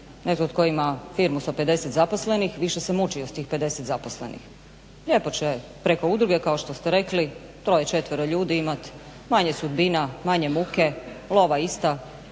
netko tko ima firmu sa 50 zaposlenih više se mučio s tih 50 zaposlenih. Lijepo će preko udruge kao što ste rekli troje, četvero ljudi imati manje sudbina, manje muke, lova ista